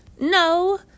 No